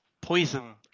poison